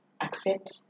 accept